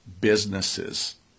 businesses